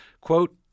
quote